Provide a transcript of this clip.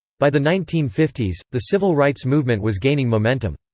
by the nineteen fifty s, the civil rights movement was gaining momentum.